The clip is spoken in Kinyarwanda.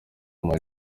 ama